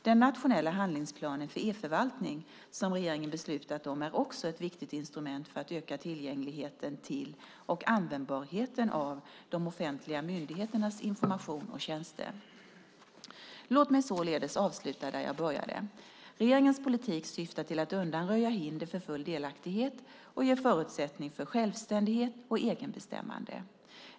Den nationella handlingsplanen för e-förvaltning som regeringen beslutat om är också ett viktigt instrument för att öka tillgängligheten till och användbarheten av de offentliga myndigheternas information och tjänster. Låt mig således avsluta där jag började. Regeringens politik syftar till att undanröja hinder för full delaktighet och ge förutsättning för självständighet och egenbestämmande.